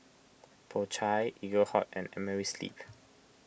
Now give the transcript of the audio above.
Po Chai Eaglehawk and Amerisleep